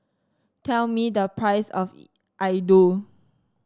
tell me the price of laddu